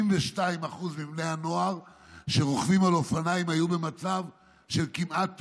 62% מבני הנוער שרוכבים על אופניים היו במצב של כמעט תאונה.